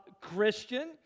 Christian